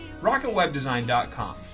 RocketWebDesign.com